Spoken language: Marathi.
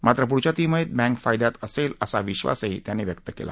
मात्र पुढच्या तिमाहीत बँक फायद्यात असेल असा विश्वासही त्यांनी व्यक्त केला